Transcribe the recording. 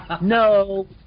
No